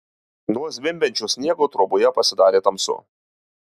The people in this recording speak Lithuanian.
nuo zvimbiančio sniego troboje pasidarė tamsu